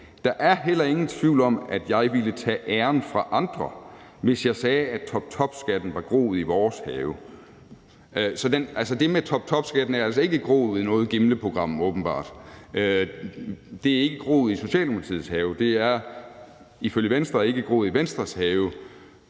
Der er heller ingen tvivl om, at jeg ville tage æren fra andre, hvis jeg sagde, at toptopskatten var groet i vores have. Så det med toptopskatten er altså åbenbart ikke groet i noget Gimleprogram. Det er ikke groet i Socialdemokratiets have. Det er ifølge Venstre ikke groet i Venstres have.